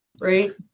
Right